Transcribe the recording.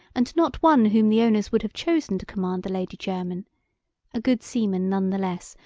and not one whom the owners would have chosen to command the lady jermyn a good seaman none the less,